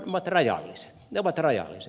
ne ovat rajalliset